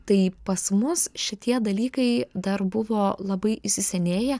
tai pas mus šitie dalykai dar buvo labai įsisenėję